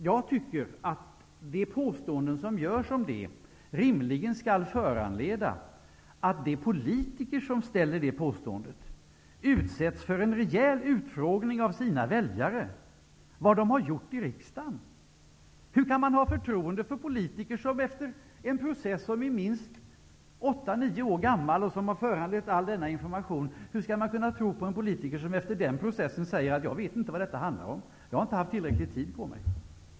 Jag tycker att detta rimligen bör föranleda att de politiker som gör det påståendet utsätts för en rejäl utfrågning av sina väljare om vad de har gjort i riksdagen. Hur kan man ha förtroende för politiker som efter en process som pågått i minst åtta nio år, och som har föranlett all denna information, säger att ''jag vet inte vad detta handlar om, jag har inte haft tillräcklig tid på mig''?